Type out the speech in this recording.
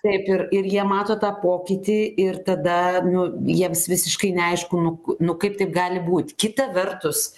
taip ir ir jie mato tą pokytį ir tada nu jiems visiškai neaišku nu nu kaip taip gali būt kita vertus